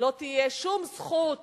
לא תהיה שום זכות